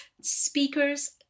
speakers